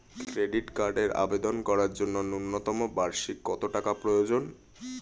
Credit কার্ডের আবেদন করার জন্য ন্যূনতম বার্ষিক কত টাকা প্রয়োজন?